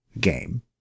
game